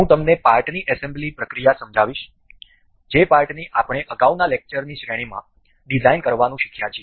હું તમને પાર્ટની એસેમ્બલીંગ પ્રક્રિયા સમજાવીશ જે પાર્ટની આપણે અગાઉના લેક્ચરની શ્રેણીમાં ડિઝાઇન કરવાનું શીખ્યા છે